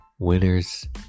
Winners